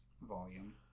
volume